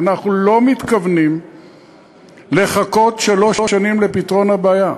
אנחנו לא מתכוונים לחכות שלוש שנים לפתרון הבעיה.